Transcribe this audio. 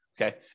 okay